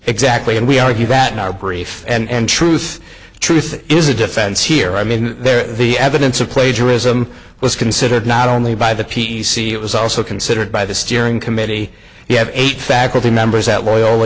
exactly and we argue that in our brief and truth truth is a defense here i mean there the evidence of plagiarism was considered not only by the p c it was also considered by the steering committee you have eight faculty members that